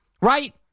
right